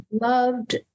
loved